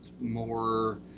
more